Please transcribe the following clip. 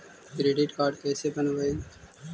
Credit card कैसे बनवाई?